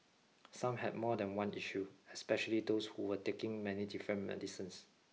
some had more than one issue especially those who were taking many different medicines